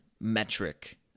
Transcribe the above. metric